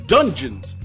Dungeons